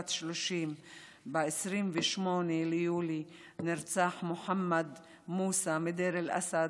בת 30. ב-28 ביולי נרצח מוחמד מוסא מדיר אל-אסד,